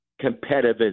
competitive